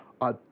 A